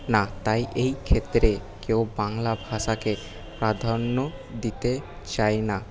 না তাই এই ক্ষেত্রে কেউ বাংলা ভাষাকে প্রাধান্য দিতে চায় না